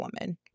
woman